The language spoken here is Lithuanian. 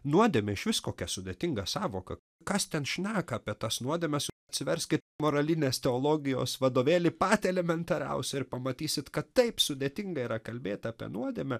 nuodėmė išvis kokia sudėtinga sąvoka kas ten šneka apie tas nuodėmes atsiverskit moralinės teologijos vadovėlį patį elementariausią ir pamatysit kad taip sudėtinga yra kalbėt apie nuodėmę